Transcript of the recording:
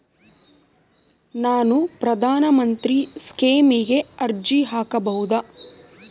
ನಾನು ಪ್ರಧಾನ ಮಂತ್ರಿ ಸ್ಕೇಮಿಗೆ ಅರ್ಜಿ ಹಾಕಬಹುದಾ?